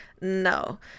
no